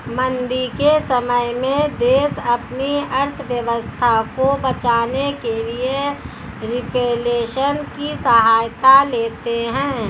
मंदी के समय में देश अपनी अर्थव्यवस्था को बचाने के लिए रिफ्लेशन की सहायता लेते हैं